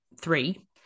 three